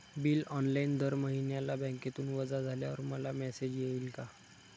Bill online दर महिन्याला बँकेतून वजा झाल्यावर मला मेसेज येईल का?